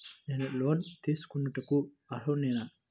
నేను లోన్ తీసుకొనుటకు అర్హుడనేన?